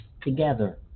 together